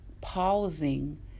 pausing